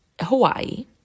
Hawaii